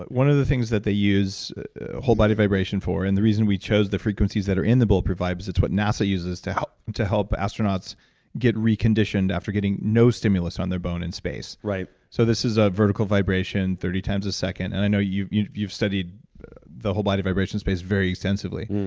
one of the things that they use whole body vibration for, and the reason we chose the frequencies that are in the bulletproof vibe is it's what nasa uses to help to help astronauts get reconditioned after getting no stimulus on their bone in space. right. so this is a vertical vibration thirty times a second. and i know you've you've studied the whole body vibrations space very extensively.